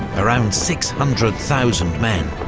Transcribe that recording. around six hundred thousand men,